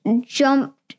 jumped